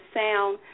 sound